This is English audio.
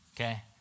okay